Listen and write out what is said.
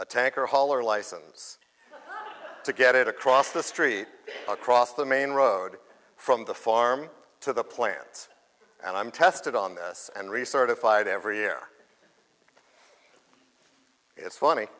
a tanker haul or license to get it across the street across the main road from the farm to the plants and i'm tested on this and recertified every year it's funny